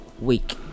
week